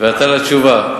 ועתה לתשובה.